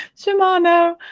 Shimano